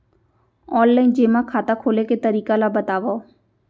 Online जेमा खाता खोले के तरीका ल बतावव?